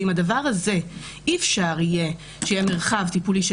אם לא יהיה מרחב טיפולי,